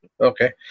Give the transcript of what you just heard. Okay